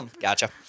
Gotcha